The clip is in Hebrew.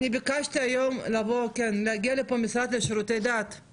אני ביקשתי היום מהמשרד לשירותי דת להגיע לפה,